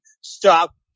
stop